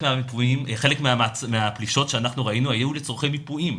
חלק מהפלישות שאנחנו ראינו היו לצרכי מיפויים.